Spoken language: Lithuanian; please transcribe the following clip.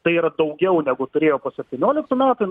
tai yra daugiau negu turėjo septynioliktų metų